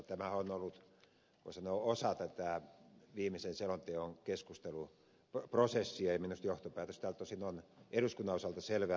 tämähän on ollut voi sanoa osa tätä viimeisen selonteon keskusteluprosessia ja minusta johtopäätös tältä osin on eduskunnan osalta selvä